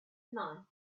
night